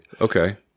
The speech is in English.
Okay